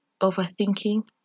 overthinking